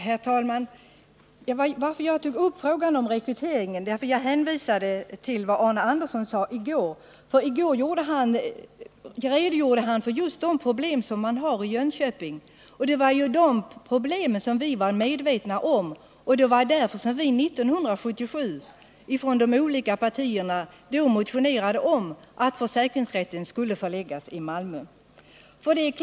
Herr talman! Skälet till att jag tog upp frågan om rekryteringen var vad Arne Andersson sade i går då han redogjorde för just de problem man har i Jönköping. Det var därför att vi var medvetna om de problemen som vi 1977 motionerade om att en försäkringsrätt skulle förläggas till Malmö.